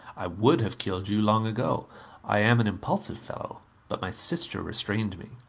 i would have killed you long ago i am an impulsive fellow but my sister restrained me.